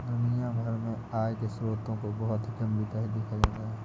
दुनिया भर में आय के स्रोतों को बहुत ही गम्भीरता से देखा जाता है